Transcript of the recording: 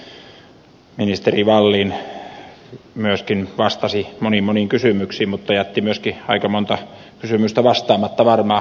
ministeri wallin vastasi moniin moniin kysymyksiin mutta jätti myöskin aika moneen kysymykseen vastaamatta varmaan